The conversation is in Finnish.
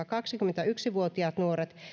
kaksikymmentäyksi vuotiaat nuoret